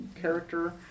character